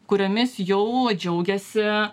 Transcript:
kuriomis jau džiaugiasi